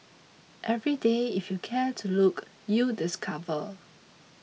every day if you care to look you discover